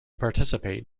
participate